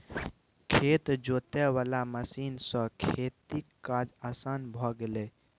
खेत जोते वाला मशीन सँ खेतीक काज असान भए गेल छै